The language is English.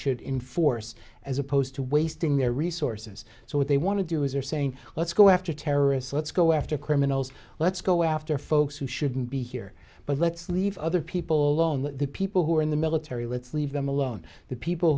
should in force as opposed to wasting their resources so what they want to do is are saying let's go after terrorists let's go after criminals let's go after folks who shouldn't be here but let's leave other people on the people who are in the military let's leave them alone the people